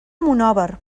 monòver